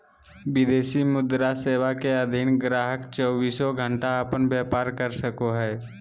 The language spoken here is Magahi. विदेशी मुद्रा सेवा के अधीन गाहक़ चौबीसों घण्टा अपन व्यापार कर सको हय